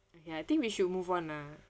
ya I think we should move on lah